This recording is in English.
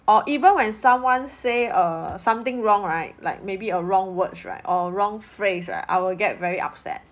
or even when someone say err something wrong right like maybe a wrong words right or a wrong phrase right I will get very upset